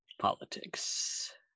politics